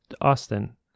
Austin